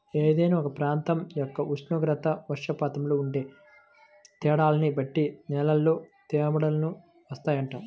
ఏదైనా ఒక ప్రాంతం యొక్క ఉష్ణోగ్రత, వర్షపాతంలో ఉండే తేడాల్ని బట్టి నేలల్లో తేడాలు వత్తాయంట